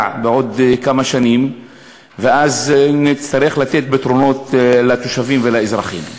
בעוד כמה שנים ואז נצטרך לתת פתרונות לתושבים ולאזרחים.